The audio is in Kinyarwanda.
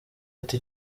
ati